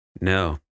No